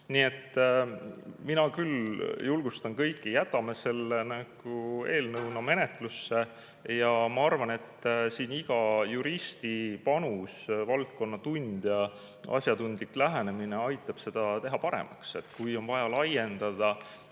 Nii et mina küll julgustan kõiki, et jätame selle eelnõu menetlusse. Ma arvan, et iga juristi panus ja valdkonna tundja asjatundlik lähenemine aitab seda teha paremaks. Kui on vaja laiendada,